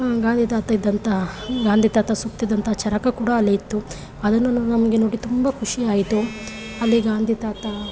ಗಾಂಧಿ ತಾತ ಇದ್ದಂತಹ ಗಾಂಧಿ ತಾತ ಸುತ್ತಿದ್ದಂಥ ಚರಕ ಕೂಡ ಅಲ್ಲೇ ಇತ್ತು ಅದನ್ನು ನಮಗೆ ನೋಡಿ ತುಂಬ ಖುಷಿಯಾಯಿತು ಅಲ್ಲಿ ಗಾಂಧಿ ತಾತ